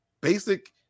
basic –